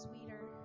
sweeter